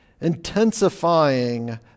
intensifying